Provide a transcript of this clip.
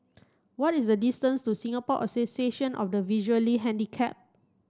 what is the distance to Singapore Association of the Visually Handicapped